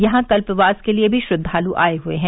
यहां कल्पवास के लिए भी श्रद्वालु आए हुए हैं